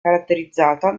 caratterizzata